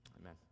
Amen